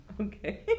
Okay